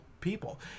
people